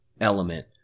element